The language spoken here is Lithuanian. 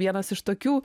vienas iš tokių